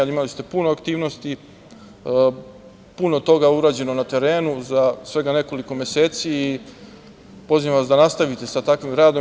Imali ste puno aktivnosti, puno toga urađeno na terenu za svega nekoliko meseci i pozivam vas da nastavite sa takvim radom.